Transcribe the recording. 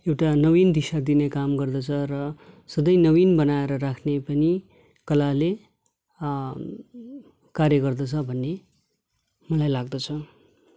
एउटा नवीन दिशा दिने काम गर्दछ र सधैँ नवीन बनाएर राख्ने पनि कलाले कार्य गर्दछ भन्ने मलाई लाग्दछ